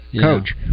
coach